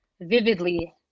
vividly